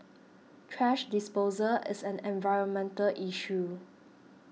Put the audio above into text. trash disposal is an environmental issue